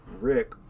Rick